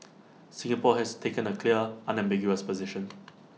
Singapore has taken A clear unambiguous position